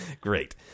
Great